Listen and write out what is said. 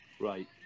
Right